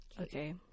Okay